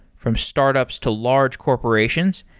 from startups to large corporations,